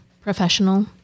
professional